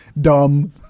Dumb